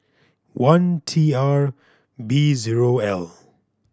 one T R B zero L